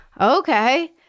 okay